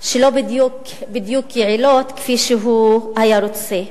שהן לא בדיוק יעילות כפי שהוא היה רוצה.